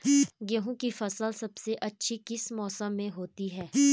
गेहूँ की फसल सबसे अच्छी किस मौसम में होती है